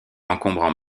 encombrants